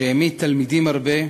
שהעמיד תלמידים הרבה,